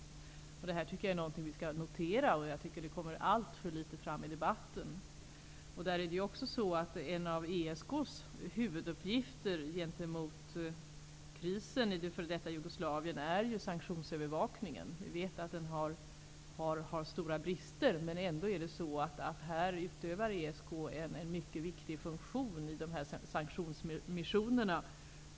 Det här är något som jag tycker att vi skall notera, och jag tycker att det alltför litet kommer fram i debatten. En av ESK:s huvuduppgifter gentemot krisen i det f.d. Jugoslavien är ju sanktionsövervakningen. Vi vet att den har stora brister. Men ESK utövar ändå en mycket viktig funktion i dessa sanktionsmissioner.